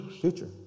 future